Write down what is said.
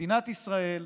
מדינת ישראל,